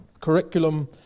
curriculum